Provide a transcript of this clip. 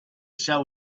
sell